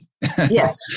Yes